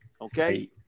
okay